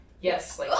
Yes